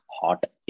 hot